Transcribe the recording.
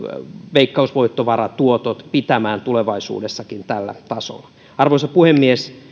veikkausvoittovaratuotot pitämään tulevaisuudessakin tällä tasolla arvoisa puhemies